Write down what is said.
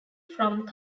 from